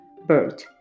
bird